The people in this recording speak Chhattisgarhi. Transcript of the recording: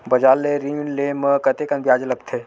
बजार ले ऋण ले म कतेकन ब्याज लगथे?